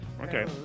Okay